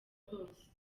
rwose